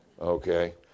Okay